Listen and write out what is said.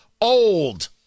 old